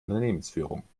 unternehmensführung